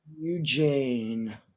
Eugene